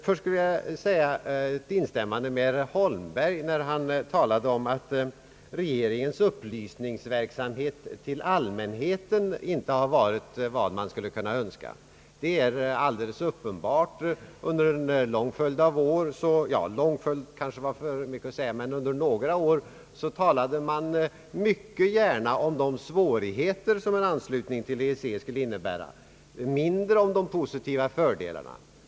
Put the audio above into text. Först vill jag instämma med herr Holmberg när han talade om att regeringens upplysningsverksamhet till allmänheten inte varit vad man kunnat önska. Det är alldeles uppenbart. Under några år talade man mycket gärna om de svårigheter som en anslutning till EEC skulle föra med sig, men mindre om fördelarna.